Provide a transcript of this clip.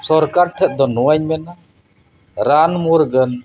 ᱥᱚᱨᱠᱟᱨ ᱴᱷᱮᱡ ᱫᱚ ᱱᱚᱣᱟᱧ ᱢᱮᱱᱟ ᱨᱟᱱ ᱢᱩᱨᱜᱟᱹᱱ